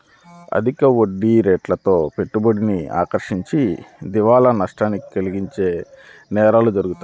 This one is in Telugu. అధిక వడ్డీరేట్లతో పెట్టుబడిని ఆకర్షించి దివాలా నష్టాన్ని కలిగించే నేరాలు జరుగుతాయి